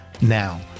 Now